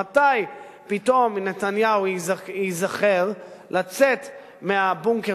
מתי פתאום נתניהו ייזכר לצאת מהבונקר,